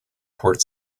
port